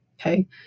okay